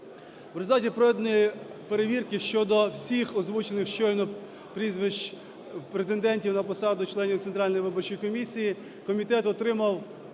В результаті проведеної перевірки щодо всіх озвучених щойно прізвищ претендентів на посади членів Центральної виборчої комісії комітет отримав